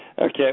Okay